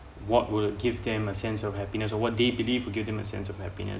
what would give them a sense of happiness or what they believe will give them a sense of happiness